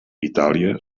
itàlia